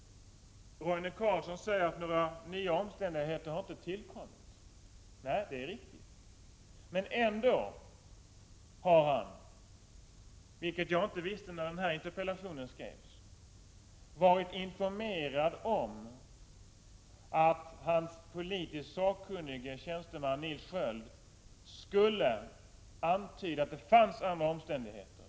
Roine Carlsson säger att några nya omständigheter inte har tillkommit. Det är riktigt. Ändå har han — vilket jag inte visste när denna interpellation skrevs — varit informerad om att hans politiskt sakkunnige tjänsteman Nils Sköld skulle antyda att det fanns andra omständigheter.